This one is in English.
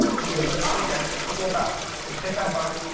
we can just say, oh. ok. just roll back. just hit that button,